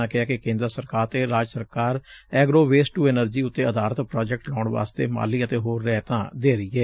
ਉਨ੍ਹਾਂ ਕਿਹੈ ਕਿ ਕੇਂਦਰ ਸਰਕਾਰ ਅਤੇ ਰਾਜ ਸਰਕਾਰ ਐਗਰੋ ਵੇਸਟ ਟੂ ਐਨਰਜੀ ਉਤੇ ਆਧਾਰਤ ਪ੍ਰਾਜੈਕਟ ਲਾਉਣ ਵਾਸਤੇ ਮਾਲੀ ਅਤੇ ਹੋਰ ਰਿਆਇਤਾਂ ਦੇ ਰਹੀ ਏ